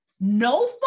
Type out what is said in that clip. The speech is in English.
no